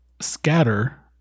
scatter